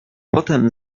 potem